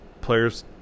Players